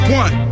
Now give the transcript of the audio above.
one